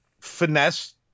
finesse